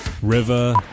River